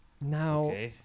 Now